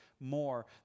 more